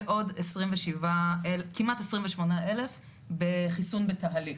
וכמעט עוד עשרים ושמונה אלף בחיסון בתהליך.